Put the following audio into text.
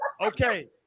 okay